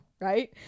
Right